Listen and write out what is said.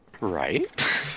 Right